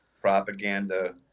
propaganda